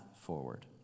forward